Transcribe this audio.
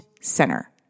center